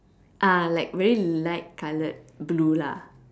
uh like very light colored blue lah